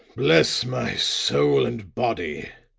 bless my soul and body,